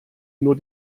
nur